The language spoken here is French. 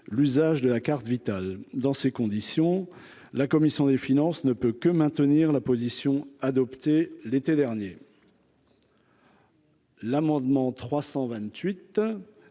l'usage de la carte vitale dans ces conditions, la commission des finances ne peut que maintenir la position adoptée l'été dernier. L'amendement 328